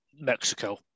Mexico